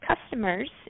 customers